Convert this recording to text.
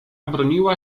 broniła